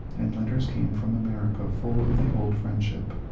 and letters came from america full of the old friendship.